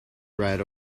right